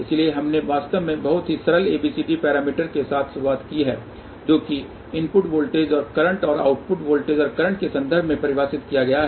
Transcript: इसलिए हमने वास्तव में बहुत ही सरल ABCD पैरामीटर के साथ शुरुआत की है जो कि हैं इनपुट वोल्टेज और करंट और आउटपुट वोल्टेज और करंट के संदर्भ में परिभाषित किया गया है